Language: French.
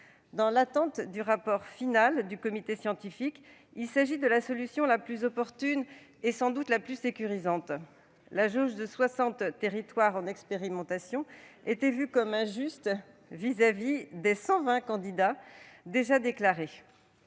Dans l'attente du rapport final du comité scientifique, il s'agit de la solution la plus opportune et sans doute la plus sécurisante. La jauge de soixante territoires en expérimentation était vue comme injuste vis-à-vis des cent vingt candidats déjà déclarés.